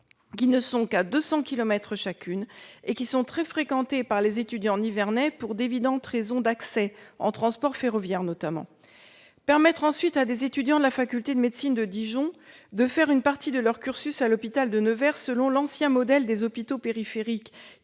qui ne sont qu'à 200 kilomètres chacune et qui sont très fréquentées par les étudiants nivernais pour d'évidentes raisons d'accès, en transport ferroviaire notamment. Il faut ensuite permettre à des étudiants de la faculté de médecine de Dijon de suivre une partie de leur cursus à l'hôpital de Nevers, selon l'ancien modèle des hôpitaux périphériques,